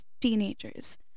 teenagers